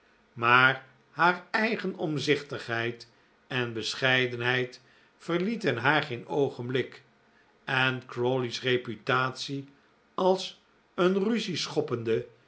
maar haar eigen omzichtigheid en bescheidenheid verlieten haar geen oogenblik en crawley's reputatie als een ruzieschoppende